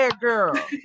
girl